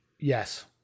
Yes